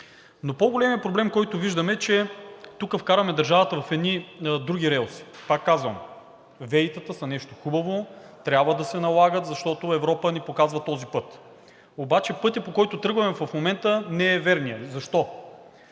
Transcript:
Но по-големият проблем, който виждам, е, че тук вкарваме държавата в едни други релси. Пак казвам, ВЕИ-тата са нещо хубаво, трябва да се налагат, защото Европа ни показва този път. Обаче пътят, по който тръгваме в момента, не е верният. Защо?